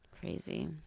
Crazy